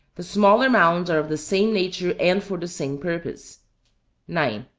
the smaller mounds are of the same nature and for the same purpose nine,